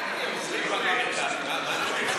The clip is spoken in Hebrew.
עוזרים פרלמנטריים,